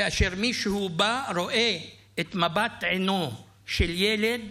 כאשר מישהו בא, רואה את מבט עינו של ילד